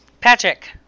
Patrick